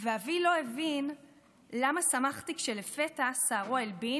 ואבי לא הבין למה שמחתי כשלפתע שערו הלבין